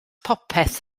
popeth